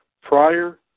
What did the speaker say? Prior